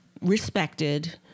respected